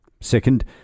Second